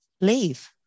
leave